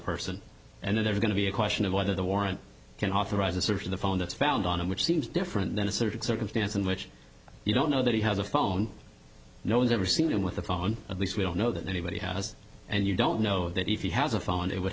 person and they're going to be a question of whether the warrant can authorize a search of the phone that's found on him which seems different than a certain circumstance in which you don't know that he has a phone no one's ever seen him with a phone at least we don't know that anybody has and you don't know that if he has a phone it would